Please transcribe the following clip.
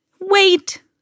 Wait